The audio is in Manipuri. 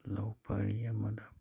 ꯂꯧ ꯄꯔꯤ ꯑꯃꯗ